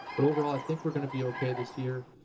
but overall i think we're gonna be okay this year.